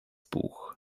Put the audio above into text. buch